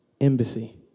embassy